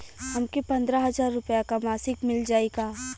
हमके पन्द्रह हजार रूपया क मासिक मिल जाई का?